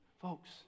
Folks